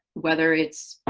whether it's,